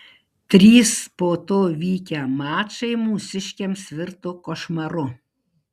trys po to vykę mačai mūsiškiams virto košmaru